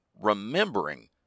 remembering